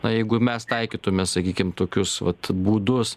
na jeigu mes taikytume sakykim tokius vat būdus